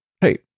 hey